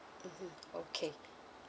mmhmm okay